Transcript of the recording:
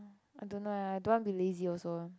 I don't know ah I don't want be lazy also